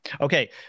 Okay